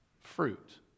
fruit